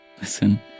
Listen